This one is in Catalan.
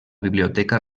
biblioteca